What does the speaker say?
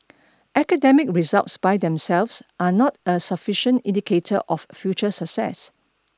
academic results by themselves are not a sufficient indicator of future success